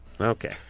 Okay